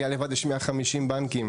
באנגליה לבד יש כ-150 בנקים.